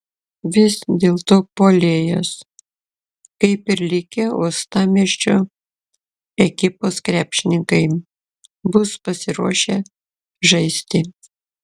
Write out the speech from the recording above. vis dėlto puolėjas kaip ir likę uostamiesčio ekipos krepšininkai bus pasiruošę žaisti